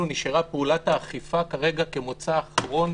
נשארה פעולת האכיפה כרגע כמוצא אחרון